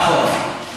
נכון.